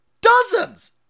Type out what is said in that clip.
Dozens